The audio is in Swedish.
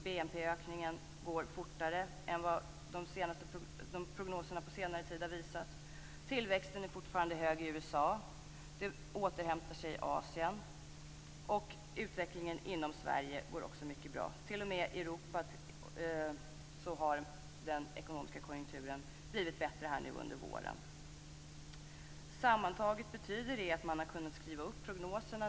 BNP-ökningen går fortare än vad prognoserna på senare tid har visat. Tillväxten är fortfarande hög i USA. Den återhämtar sig i Asien. Utvecklingen inom Sverige går också mycket bra. T.o.m. i Europa har den ekonomiska konjunkturen blivit bättre under våren. Sammantaget betyder det att prognoserna har kunnat skrivas upp igen.